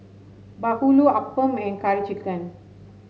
bahulu appam and Curry Chicken